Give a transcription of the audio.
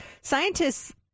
scientists